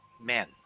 men